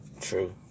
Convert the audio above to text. True